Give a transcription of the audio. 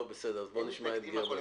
הם מתנגדים להכל.